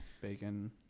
Bacon